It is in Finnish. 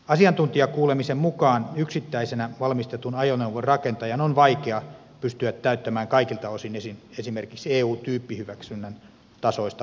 asiantuntijakuulemisen mukaan yksittäisenä valmistetun ajoneuvon rakentajan on vaikea pystyä täyttämään kaikilta osin esimerkiksi eu tyyppihyväksynnän tasoista vaatimustasoa